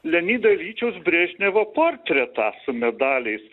leonido iljičiaus brežnevo portretą su medaliais